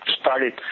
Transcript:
started